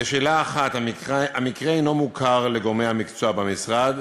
1. המקרה אינו מוכר לגורמי המקצוע במשרד.